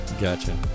Gotcha